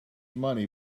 money